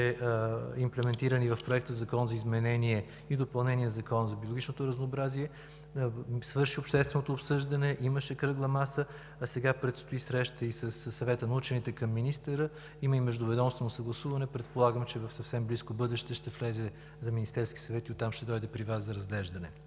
имплементиран и в Проектозакон за изменение и допълнение на Закона за биологичното разнообразие. Свърши общественото обсъждане, имаше кръгла маса, а сега предстои среща и със Съвета на учените към министъра, има и междуведомствено съгласуване. Предполагам, че в съвсем близко бъдеще ще влезе в Министерския съвет, а оттам ще дойде и при Вас за разглеждане.